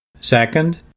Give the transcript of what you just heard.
Second